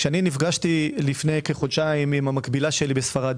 כשנפגשתי לפני כחודשיים עם המקבילה שלי בספרד